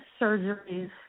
surgeries